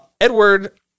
edward